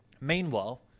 Meanwhile